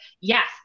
yes